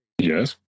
Yes